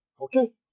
Okay